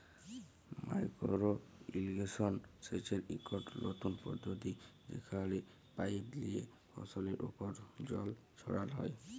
micro irrigation সেচের ইকট লতুল পদ্ধতি যেখালে পাইপ লিয়ে ফসলের উপর জল ছড়াল হ্যয়